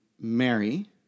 Mary